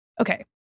Okay